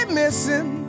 missing